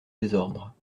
désordre